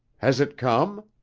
has it come?